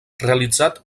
realitzat